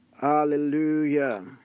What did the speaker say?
Hallelujah